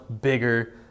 bigger